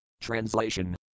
Translation